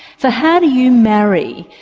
so how do you marry,